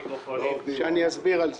אני אסביר את זה.